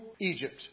Egypt